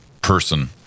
person